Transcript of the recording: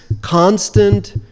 constant